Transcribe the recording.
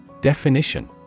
Definition